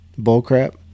bullcrap